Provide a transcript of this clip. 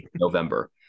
November